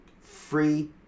free